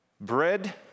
Bread